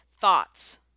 thoughts